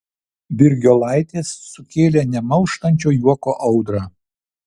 birgiolaitės sukėlė nemalštančio juoko audrą